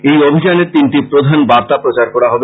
এই অভিযানে তিনটি প্রধান বার্তা প্রচার করা হবে